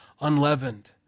unleavened